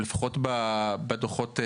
לפחות בדוחות,